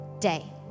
day